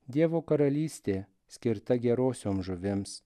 dievo karalystė skirta gerosioms žuvims